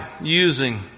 using